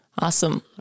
Awesome